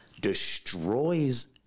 destroys